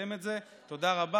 לקדם את זה, תודה רבה.